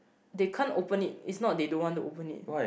they can't open it it's not they don't want to open it